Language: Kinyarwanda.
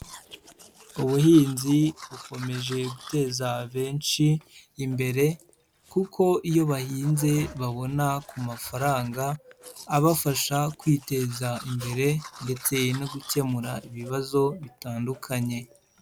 Ubuhinzi bukomeje guteza benshi imbere, kuko iyo bahinze babona ku mafaranga abafasha kwiteza imbere ndetse no gukemura ibibazo bitandukanye.